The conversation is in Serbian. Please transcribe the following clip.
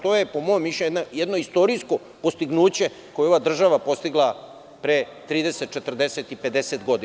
To je, po mom mišljenju jedno istorijsko dostignuće koje je ova država postigla pre 30, 40 i 50 godina.